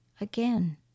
Again